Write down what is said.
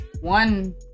One